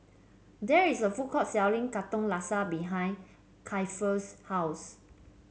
there is a food court selling Katong Laksa behind Keifer's house